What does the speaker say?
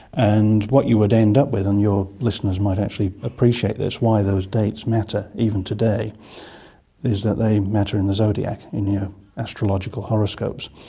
and what you would end up with, and your listeners might actually appreciate this, why those dates matter even today is that they matter in the zodiac, in the yeah astrological horoscopes.